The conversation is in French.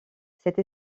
cette